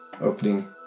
opening